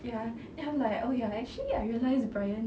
ya then I'm like oh ya eh actually I realized bryan